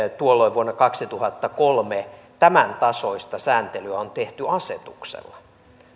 tuolloin vuonna kaksituhattakolme tämäntasoista sääntelyä on tehty asetuksella